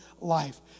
life